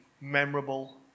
memorable